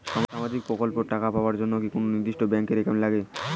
সামাজিক প্রকল্পের টাকা পাবার জন্যে কি নির্দিষ্ট কোনো ব্যাংক এর একাউন্ট লাগে?